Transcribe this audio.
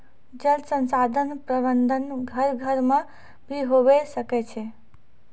जल संसाधन प्रबंधन घर घर मे भी हुवै सकै छै